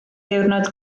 diwrnod